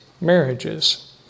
marriages